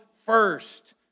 first